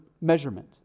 measurement